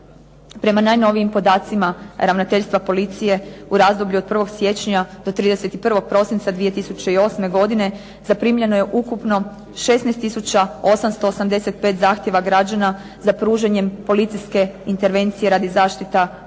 Prema najnovijim podacima ravnateljstva policije u razdoblju od 1. siječnja do 31. prosinca 2008. godine zaprimljeno je ukupno 16 tisuća 885 zahtjeva građana za pružanjem policijske intervencije radi zaštita od